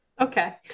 Okay